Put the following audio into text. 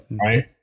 right